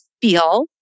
feel